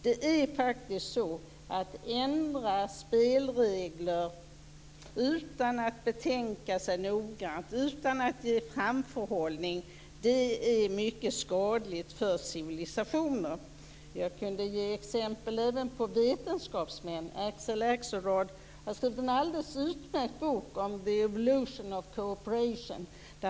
Det är skadligt för civilisationer att ändra spelregler utan att betänka sig noggrant och utan framförhållning. Jag kan ge exempel på vetenskapsmän. Axel Axelrod har skrivit en alldeles utmärkt bok om The evolution of co-operation.